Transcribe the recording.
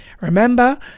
Remember